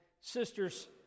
sister's